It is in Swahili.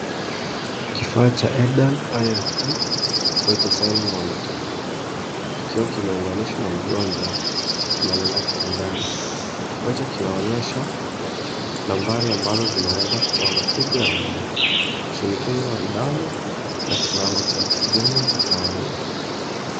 Kifaa cha Edan iM3 Vital Sign Monitor kikiwa kimeunganishwa na mgonjwa amelala kitandani. Kifaa hicho kinaonyesha nambari ambazo zinaweza kuwa mapigo ya moyo, shinikizo la damu na kiwango cha oksijeni mtawalia.